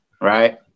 right